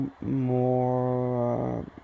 more